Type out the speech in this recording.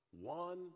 One